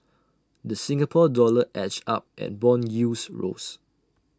the Singapore dollar edged up and Bond yields rose